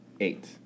eight